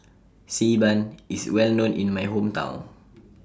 Xi Ban IS Well known in My Hometown